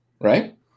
right